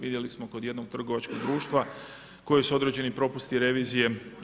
Vidjeli smo kod jednog trgovačkog društva koji su određeni propusti revizije.